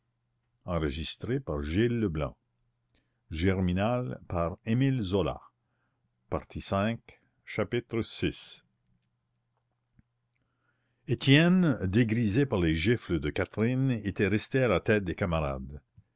pain vi étienne dégrisé par les gifles de catherine était resté à la tête des camarades